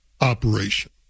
operation